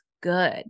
good